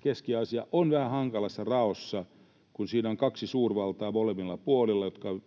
Keski-Aasia on vähän hankalassa raossa. Siinä on kaksi suurvaltaa molemmilla puolilla, jotka